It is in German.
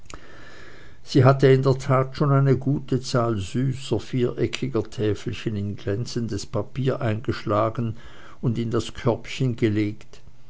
sie hatte in der tat schon eine gute zahl süßer viereckiger täfelchen in glänzendes papier eingeschlagen und in das körbchen gelegt